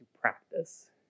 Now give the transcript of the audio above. practice